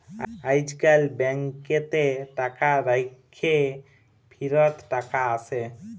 আইজকাল ব্যাংকেতে টাকা রাইখ্যে ফিরত টাকা আসে